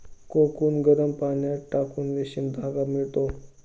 cocoon गरम पाण्यात टाकून रेशीम धागा मिळतो